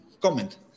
comment